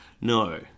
No